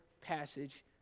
passage